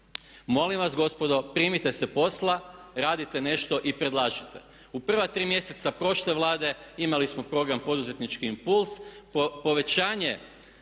Molim vas gospodo, primite se posla, radite nešto i predlažite. U prva tri mjeseca prošle Vlade imali smo program poduzetnički impuls, povećanje